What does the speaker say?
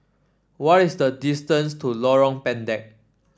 what is the distance to Lorong Pendek